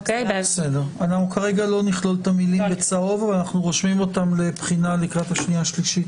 בעיני זו אחת מהסוגיות הכי גדולות לשנייה-שלישית.